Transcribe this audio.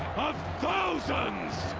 thousands!